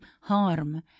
harm